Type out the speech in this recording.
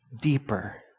deeper